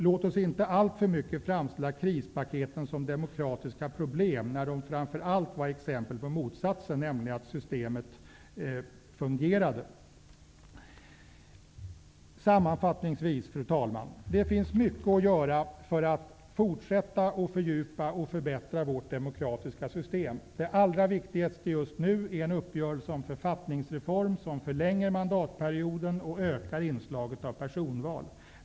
Låt oss inte alltför mycket framställa krispaketen som demokratiska problem, när de framför allt var exempel på motsatsen, nämligen att systemet fungerade. Sammanfattningsvis, fru talman, finns det mycket att göra för att fortsätta att fördjupa och förbättra vårt demokratiska system. Det allra viktigaste just nu är en uppgörelse om en författningsreform som förlänger mandatperioden och ökar inslaget av personval.